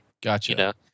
Gotcha